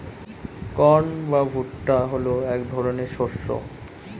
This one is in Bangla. কর্ন বা ভুট্টা হলো এক ধরনের শস্য